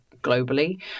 globally